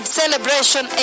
celebration